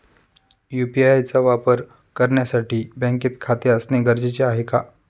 UPI चा वापर करण्यासाठी बँकेत खाते असणे गरजेचे आहे का?